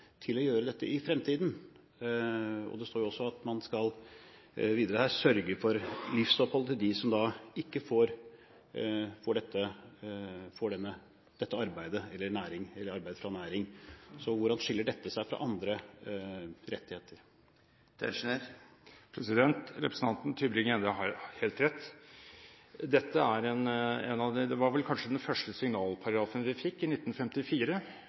til å gjøre dette i fremtiden. Det står jo også videre her at man skal sørge for livsopphold for dem som ikke får dette ved arbeid eller næring. Så hvordan skiller dette seg fra andre rettigheter? Representanten Tybring-Gjedde har helt rett. Det var vel kanskje den første signalparagrafen vi fikk, i 1954,